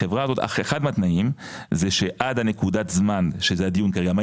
החברה הזאת אחד מהתנאים זה שעד הנקודת זמן שזה הדיון כרגע.